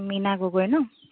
Meena Gogoi ন